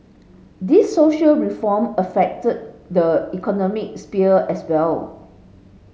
this social reform affect the economic sphere as well